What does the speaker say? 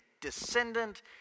descendant